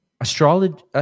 Astrology